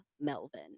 Melvin